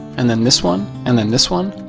and then this one, and then this one.